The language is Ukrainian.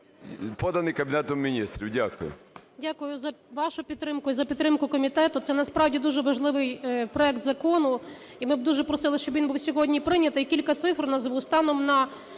поданий Кабінетом Міністрів? Дякую.